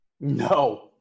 No